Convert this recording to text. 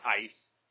ice